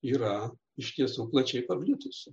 yra iš tiesų plačiai paplitusi